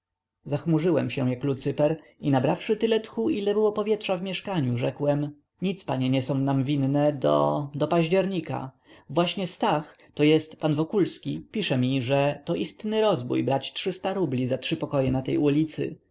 za lipiec zachmurzyłem się jak lucyper i nabrawszy tyle tchu ile było powietrza w mieszkaniu rzekłem nic panie nie są nam winne do do października właśnie stach to jest pan wokulski pisze mi że to istny rozbój brać rubli za trzy pokoje na tej ulicy